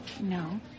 No